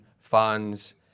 fans